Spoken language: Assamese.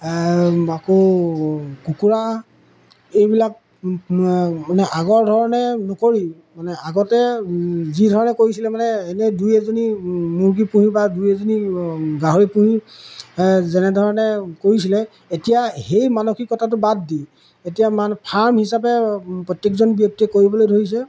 আকৌ কুকুৰা এইবিলাক মানে আগৰ ধৰণে নকৰি মানে আগতে যিধৰণে কৰিছিলে মানে এনে দুই এজনী মুৰ্গী পুহি বা দুই এজনী গাহৰি পুহি যেনেধৰণে কৰিছিলে এতিয়া সেই মানসিকতাটো বাদ দি এতিয়া মান ফাৰ্ম হিচাপে প্ৰত্যেকজন ব্যক্তিয়ে কৰিবলৈ ধৰিছে